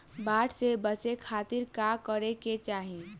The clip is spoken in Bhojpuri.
बाढ़ से बचे खातिर का करे के चाहीं?